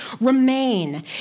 remain